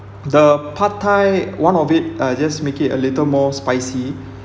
the pad thai one of it uh just make it a little more spicy